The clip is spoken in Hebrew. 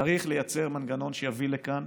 צריך לייצר מנגנון שיביא לכאן